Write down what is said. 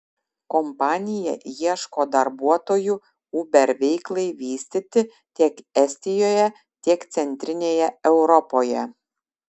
kompanija ieško darbuotojų uber veiklai vystyti tiek estijoje tiek centrinėje europoje